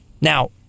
Now